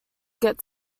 get